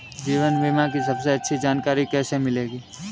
जीवन बीमा की सबसे अच्छी जानकारी कैसे मिलेगी?